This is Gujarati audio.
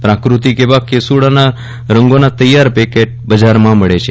પ્રાક્રતિક એવા કેસુડાના રંગોના પેકેટ બજારમાં મળે છે